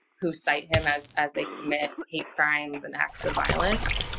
who cite him as, as they commit hate crimes and acts of violence.